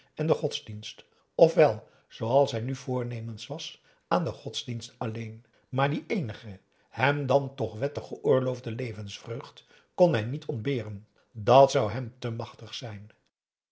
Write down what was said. en den godsdienst of wel zooals hij nu voornemens was aan den godsdienst alleen maar die eenige hem dan toch wettig geoorloofde levensvreugd kon hij niet ontberen dàt zou hem te machtig zijn